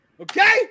Okay